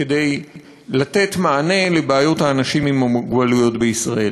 כדי לתת מענה לבעיות האנשים עם מוגבלות בישראל.